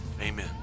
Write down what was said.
amen